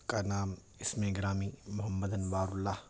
کا نام اسم گرامی محمد انوار اللّہ